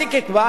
המעסיק יקבע,